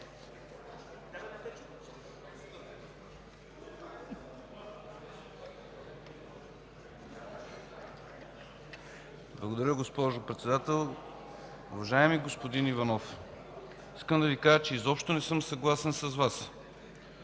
Благодаря, госпожо Председател. Уважаеми господин Иванов, искам да Ви кажа, че изобщо не съм съгласен с Вас.